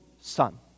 son